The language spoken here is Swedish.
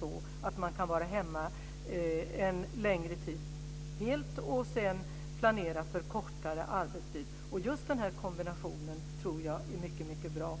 så att de kan vara hemma helt och hållet en längre tid, och sedan planerar de för kortare arbetstid. Just denna kombination tror jag är mycket bra.